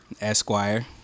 Esquire